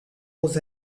was